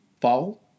Fall